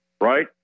right